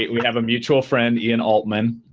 we have a mutual friend, ian altman,